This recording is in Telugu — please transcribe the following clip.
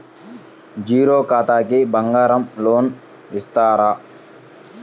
జీరో ఖాతాకి బంగారం లోన్ ఇస్తారా?